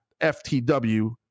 FTW